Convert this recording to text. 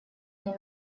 ней